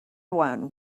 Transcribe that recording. one